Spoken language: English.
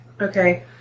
Okay